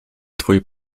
twój